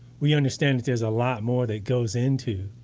we understand that there's a lot more that goes into